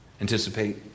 anticipate